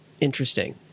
interesting